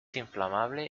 inflamable